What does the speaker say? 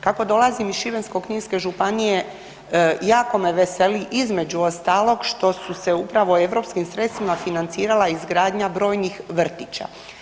Kako dolazim iz Šibensko-kninske županije, jako me veseli između ostalog što su se upravo europskom sredstvima financirala izgradnja brojnih vrtića.